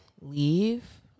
leave